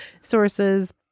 sources